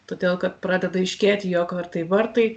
todėl kad pradeda aiškėti jog ar tai vartai